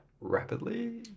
rapidly